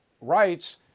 Rights